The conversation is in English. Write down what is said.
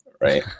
right